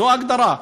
זו ההגדרה.